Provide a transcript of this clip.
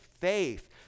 faith